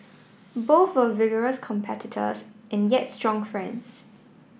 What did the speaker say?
both were vigorous competitors and yet strong friends